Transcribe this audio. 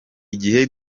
igihe